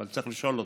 צריך לשאול אותו,